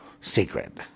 secret